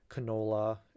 canola